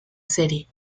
serie